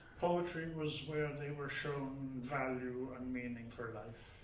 poetry was where they were shown value and meaning for life.